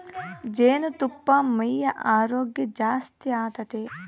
ಜೇನುತುಪ್ಪಾ ಮೈಯ ಆರೋಗ್ಯ ಜಾಸ್ತಿ ಆತತೆ